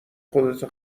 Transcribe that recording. خودتو